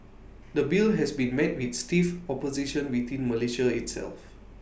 the bill has been met with stiff opposition within Malaysia itself